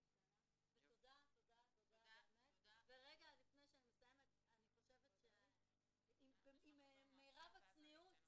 יותר מעשר שנים מתקיימים קמפיינים